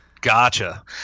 Gotcha